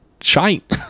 shite